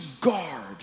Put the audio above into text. guard